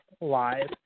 live